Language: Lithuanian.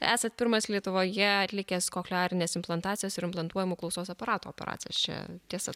esat pirmas lietuvoje atlikęs kochlearinės implantacijos ir implantuojamų klausos aparatų operaciją čia tiesa